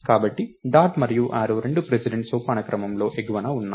కాబట్టి డాట్ మరియు యారో రెండూ ప్రిసిడెన్స్ సోపానక్రమంలో ఎగువన ఉన్నాయి